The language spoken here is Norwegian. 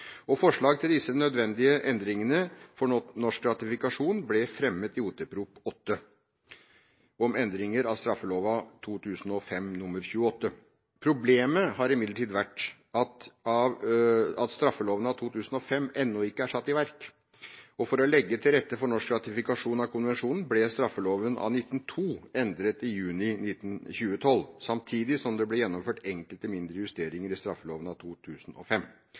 Forslag til disse nødvendige endringene for norsk ratifikasjon ble fremmet i Ot. prp. nr. 8 for 2007–2008, Om lov om endringer i straffeloven 20. mai 2005 nr. 28 mv. Problemet har imidlertid vært at straffeloven av 2005 ennå ikke er satt i verk. For å legge til rette for norsk ratifikasjon av konvensjonen ble straffeloven av 1902 endret i juni 2012, samtidig som det ble gjennomført enkelte mindre justeringer i straffeloven av 2005.